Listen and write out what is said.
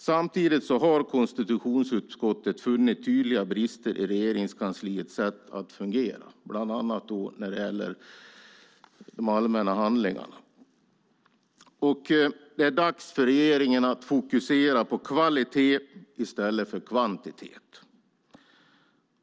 Samtidigt har konstitutionsutskottet funnit tydliga brister i Regeringskansliets sätt att fungera, bland annat när det gäller de allmänna handlingarna. Det är dags för regeringen att fokusera på kvalitet i stället för på kvantitet.